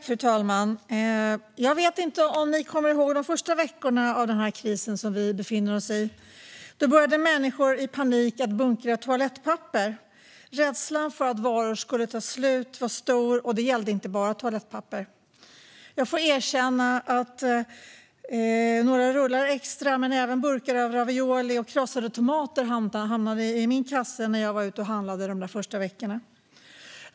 Fru talman! Jag vet inte om ni kommer ihåg de första veckorna av krisen som vi befinner oss i. Då började människor i panik bunkra toalettpapper. Rädslan för att varor skulle ta slut var stor, och det gällde inte bara toalettpapper. Jag får erkänna att några rullar extra men även burkar med ravioli och krossade tomater hamnade i min kasse när jag var ute och handlade de där första veckorna.